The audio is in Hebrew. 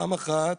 פעם אחת,